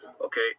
okay